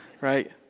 right